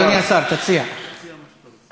אדוני השר, תציע מה שאתה רוצה.